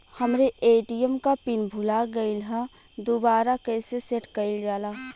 हमरे ए.टी.एम क पिन भूला गईलह दुबारा कईसे सेट कइलजाला?